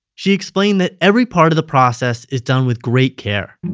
she explained that every part of the process is done with great care.